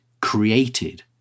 created